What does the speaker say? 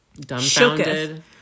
Dumbfounded